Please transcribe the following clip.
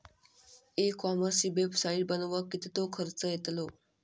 E कॉमर्सची website बनवक किततो खर्च येतलो?